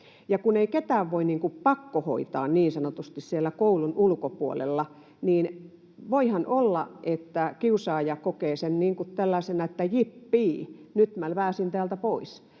niin sanotusti, siellä koulun ulkopuolella, niin voihan olla, että kiusaaja kokee sen tällaisena, että jippii, nyt minä pääsin täältä pois,